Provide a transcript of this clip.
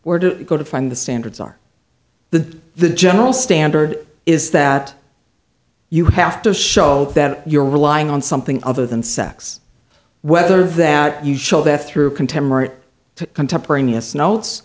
to go to find the standards are the the general standard is that you have to show that you're relying on something other than sex whether that you show that through contemporary to contemporaneous notes